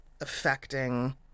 affecting